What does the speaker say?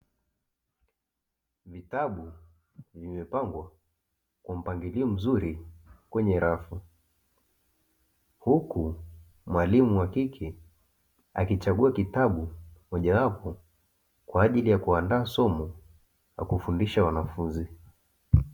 Vitabu vimepangwa kwa mpangilio mzuri kwenye rafu, huku mwalimu wa kike akichagua kitabu mojawapo kwa ajili ya kuandaa somo la kufundisha wanafunzi.